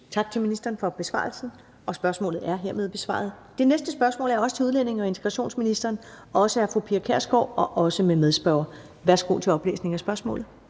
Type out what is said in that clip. Tak til ministeren for besvarelsen, og spørgsmålet er hermed besvaret. Det næste spørgsmål er også til udlændinge- og integrationsministeren og også af fru Pia Kjærsgaard og også med medspørger. Kl. 17:20 Spm.